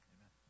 Amen